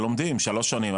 סטודנטים לומדים שלוש שנים,